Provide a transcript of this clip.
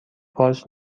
پارچ